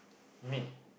me